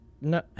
No